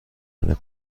نمی